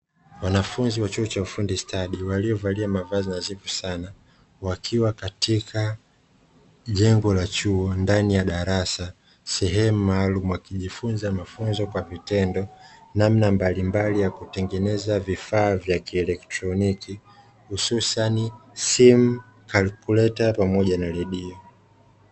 Wanafunzi wa chuo cha ufundi stadi waliovalia mavazi nadhifu sana wakiwa katika jengo la chuo ndani ya darasa sehemu maalumu, wakijifunza mafunzo kwa vitendo namna mbalimbali ya kutengeneza vifaa vya kielektroniki hususani simu, kalkuleta, pamoja na redio.